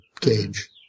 cage